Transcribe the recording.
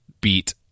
beat